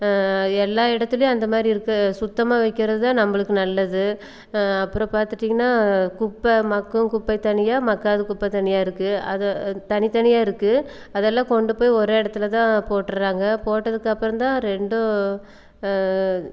எல்லா இடத்துலேயும் அந்த மாதிரி இருக்குது சுத்தமாக வைக்கிறது தான் நம்மளுக்கு நல்லது அப்புறம் பார்த்துட்டிங்கன்னா குப்பை மட்கும் குப்பை தனியாக மட்காத குப்பை தனியாக இருக்குது அதை தனி தனியாக இருக்குது அதெல்லாம் கொண்டுபோய் ஒரு இடத்துல தான் போட்டுடுறாங்க போட்டதுக்கு அப்புறம் தான் ரெண்டும்